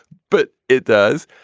but it does.